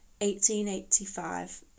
1885